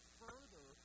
further